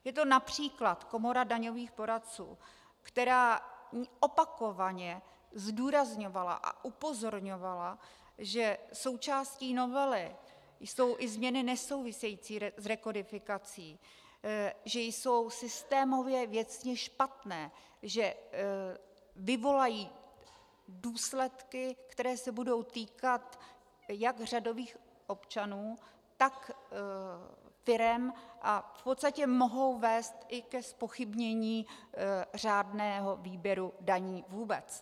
Je to například Komora daňových poradců, která opakovaně zdůrazňovala a upozorňovala, že součástí novely jsou i změny nesouvisející s rekodifikací, že jsou systémově věcně špatné, že vyvolají důsledky, které se budou týkat jak řadových občanů, tak firem a v podstatě mohou vést i ke zpochybnění řádného výběru daní vůbec.